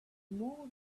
more